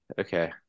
Okay